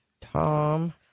Tom